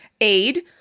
aid